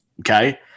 okay